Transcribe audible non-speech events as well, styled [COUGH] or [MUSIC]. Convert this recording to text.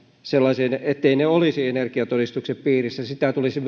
sellaisiksi etteivät ne olisi energiatodistuksen piirissä sitä tulisi [UNINTELLIGIBLE]